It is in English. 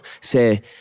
say